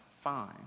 fine